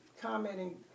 commenting